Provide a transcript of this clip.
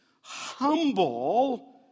humble